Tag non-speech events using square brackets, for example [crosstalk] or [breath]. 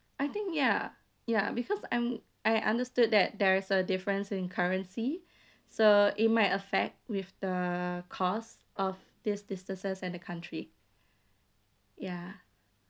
I think ya ya because I'm I understood that there's a difference in currency [breath] so it might effect with the cost of this distances and the country ya